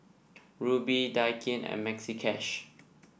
Rubi Daikin and Maxi Cash